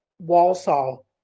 Walsall